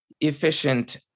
efficient